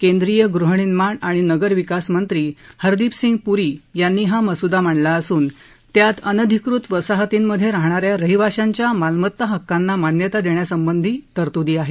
केंद्रीय गृहनिर्माण आणि नगर विकास मंत्री हरदि सिंग पुरी यांनी हा मसुदा मांडला असून त्यात अनधिकृत वसाहतींमधे राहणा या रहिवांशाच्या मालमत्ता हक्कांना मान्यता देण्यासंबंधी तरतुदी आहेत